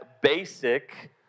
basic